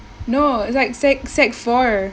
no it's like sec sec four